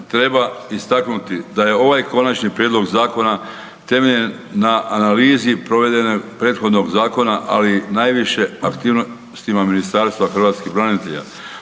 Treba istaknuti da je ovaj konačni prijedlog zakona temeljen na analizi provedenog prethodnog zakona, ali najviše aktivnostima Ministarstva hrvatskih branitelja.